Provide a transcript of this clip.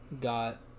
got